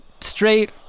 straight